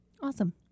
Awesome